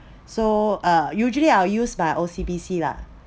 so uh usually I’ll used my O_C_B_C lah